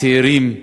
הצעירים,